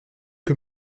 que